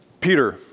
Peter